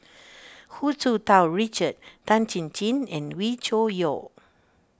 Hu Tsu Tau Richard Tan Chin Chin and Wee Cho Yaw